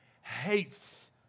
hates